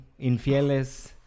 infieles